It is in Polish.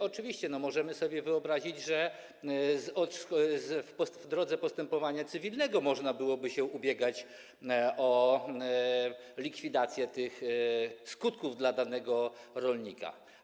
Oczywiście możemy sobie wyobrazić, że w drodze postępowania cywilnego można byłoby się ubiegać o likwidację tych skutków dotyczących danego rolnika.